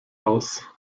aus